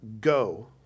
go